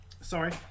sorry